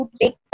take